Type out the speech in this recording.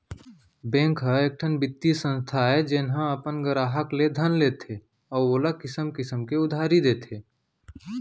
bank ह एकठन बित्तीय संस्था आय जेन ह अपन गराहक ले धन लेथे अउ ओला किसम किसम के उधारी देथे